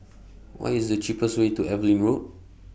What IS The cheapest Way to Evelyn Road